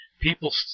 people